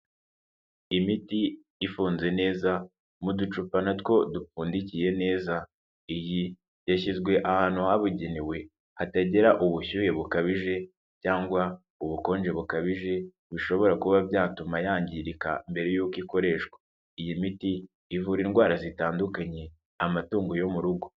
Imiti ifunze neza muducupa natwo dupfundikiye neza. Iyi yashyizwe ahantu habugenewe, hatagira ubushyuhe bukabije cyangwa ubukonje bukabije, bishobora kuba byatuma yangirika mbere yuko ikoreshwa. Iyi miti ivura indwara zitandukanye, amatungo yo mu rugo.